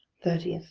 thirty.